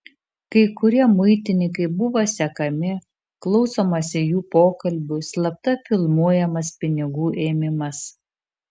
kai kurie muitininkai buvo sekami klausomasi jų pokalbių slapta filmuojamas pinigų ėmimas